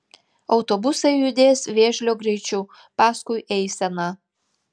autobusai judės vėžlio greičiu paskui eiseną